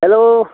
hello